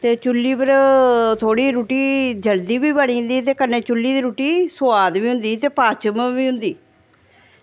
ते चुल्ली पर थोह्ड़ी रुट्टी जल्दी बी बनी जंदी ते कन्नै चुल्ली दी रुट्टी सोआद बी होंदी ते कन्नै पाचन बी होंदी